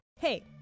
hey